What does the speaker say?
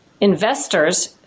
investors